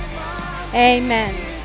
amen